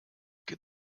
good